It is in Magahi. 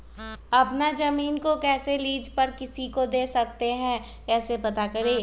अपना जमीन को कैसे लीज पर किसी को दे सकते है कैसे पता करें?